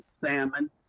salmon